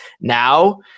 now